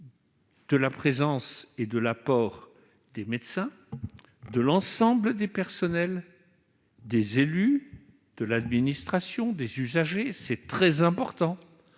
de la présence et de l'apport des médecins, de l'ensemble des personnels, des élus, de l'administration, des usagers. Vous ne pouvez